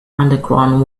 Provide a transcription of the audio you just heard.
underground